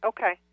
Okay